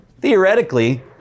Theoretically